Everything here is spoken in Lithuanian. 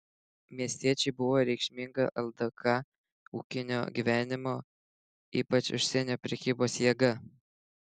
miestiečiai buvo reikšminga ldk ūkinio gyvenimo ypač užsienio prekybos jėga